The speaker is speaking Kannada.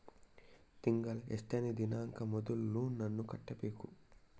ತಿಂಗಳ ಎಷ್ಟನೇ ದಿನಾಂಕ ಮೊದಲು ಲೋನ್ ನನ್ನ ಕಟ್ಟಬೇಕು?